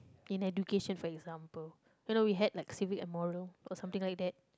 in education for example you know we had like civic and moral or something like that